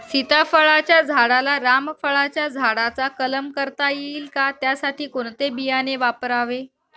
सीताफळाच्या झाडाला रामफळाच्या झाडाचा कलम करता येईल का, त्यासाठी कोणते बियाणे वापरावे?